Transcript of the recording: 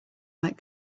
like